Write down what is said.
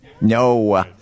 No